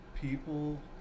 people